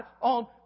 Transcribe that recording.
on